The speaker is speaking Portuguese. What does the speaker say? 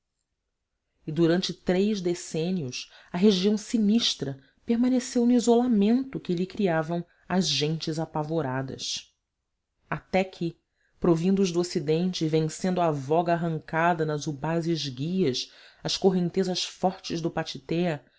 e durante três decênios a região sinistra permaneceu no isolamento que lhe criavam as gentes apavoradas até que provindos do ocidente e vencendo à voga arrancada nas ubás esguias as correntezas fortes do